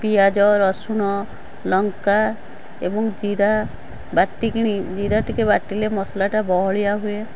ପିଆଜ ରସୁଣ ଲଙ୍କା ଏବଂ ଜୀରା ବାଟି କିଣି ଜୀରା ଟିକେ ବାଟିଲେ ମସଲାଟା ବହଳିଆ ହୁଏ